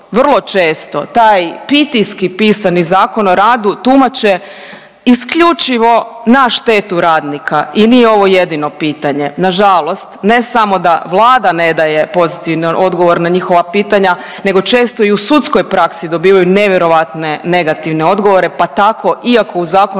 vrlo često taj pitijski pisani Zakon o radu tumače isključivo na štetu radnika i nije ovo jedino pitanje. Na žalost ne samo da Vlada ne daje pozitivan odgovor na njihova pitanja, nego često i u sudskoj praksi dobivaju nevjerojatne negativne odgovore, pa tako iako u Zakonu